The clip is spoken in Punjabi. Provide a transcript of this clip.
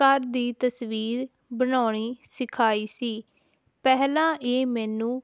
ਘਰ ਦੀ ਤਸਵੀਰ ਬਣਾਉਣੀ ਸਿਖਾਈ ਸੀ ਪਹਿਲਾਂ ਇਹ ਮੈਨੂੰ